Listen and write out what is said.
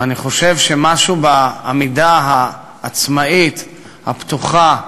ואני חושב שמשהו בעמידה העצמאית, הפתוחה,